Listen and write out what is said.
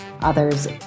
Others